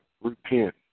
repent